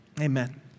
Amen